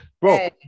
Bro